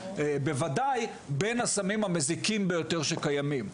בוודאי בין הסמים המזיקים ביותר שקיימים.